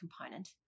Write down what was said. component